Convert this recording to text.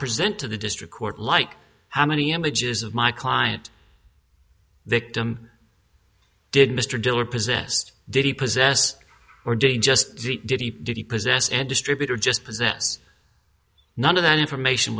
present to the district court like how many images of my client victim did mr diller possessed did he possess or doing just did he did he possess and distributor just possess none of that information